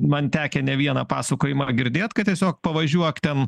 man tekę ne vieną pasakojimą girdėt kad tiesiog pavažiuok ten